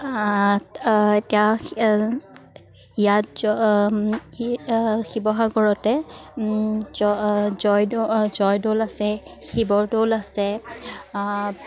ইয়াত জ শিৱসাগৰতে জ জয়দৌ জয়দৌল আছে শিৱদৌল আছে